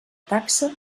taxa